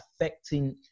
affecting